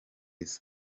kurusha